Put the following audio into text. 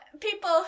people